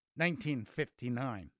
1959